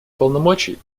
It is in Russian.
полномочий